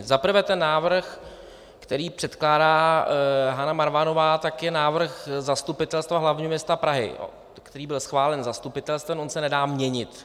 Za prvé ten návrh, který předkládá Hana Marvanová, je návrh Zastupitelstva hlavního města Prahy, který byl schválen zastupitelstvem, on se nedá měnit.